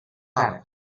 cares